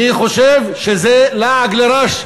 אני חושב שזה לעג לרש,